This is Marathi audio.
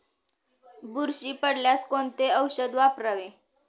बुरशी पडल्यास कोणते औषध वापरावे?